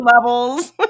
levels